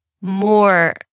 more